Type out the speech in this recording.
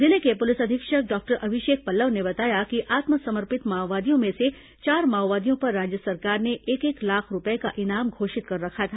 जिले के पुलिस अधीक्षक डॉक्टर अभिषेक पल्लव ने बताया कि आत्मसमर्पित माओवादियों में से चार माओवादियों पर राज्य सरकार ने एक एक लाख रूपये का इनाम घोषित कर रखा था